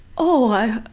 oh!